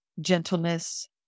gentleness